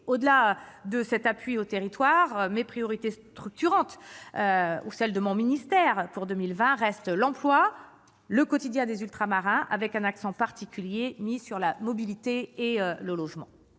Au-delà de cet appui aux territoires, mes priorités structurantes et celles de mon ministère pour 2020 restent l'emploi et le quotidien des Ultramarins, avec un accent particulier sur la mobilité et le logement.